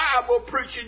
Bible-preaching